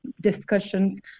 Discussions